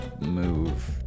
move